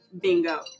bingo